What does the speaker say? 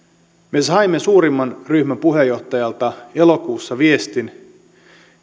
me saimme suurimman ryhmän puheenjohtajalta elokuussa viestin